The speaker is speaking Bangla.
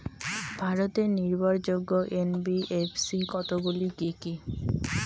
ভারতের নির্ভরযোগ্য এন.বি.এফ.সি কতগুলি কি কি?